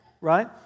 right